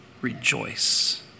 Rejoice